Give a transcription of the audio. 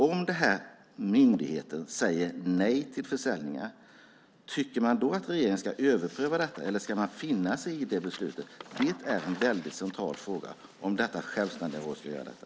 Om denna myndighet säger nej till försäljningar, tycker man då att regeringen ska överpröva detta, eller ska man finna sig i det beslutet? Det är en väldigt central fråga om det självständiga rådet ska göra detta.